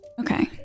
Okay